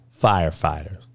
firefighters